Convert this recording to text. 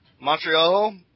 Montreal